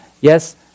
yes